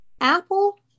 Apple